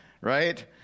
Right